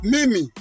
Mimi